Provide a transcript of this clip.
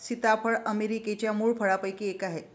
सीताफळ अमेरिकेच्या मूळ फळांपैकी एक आहे